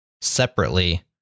separately